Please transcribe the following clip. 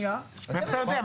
איך אתה יודע?